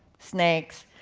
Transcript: snakes,